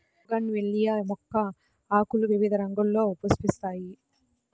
bougainvillea మొక్క ఆకులు వివిధ రంగుల్లో పుష్పిస్తాయి